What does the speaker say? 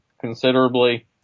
considerably